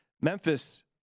Memphis